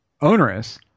onerous